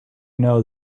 know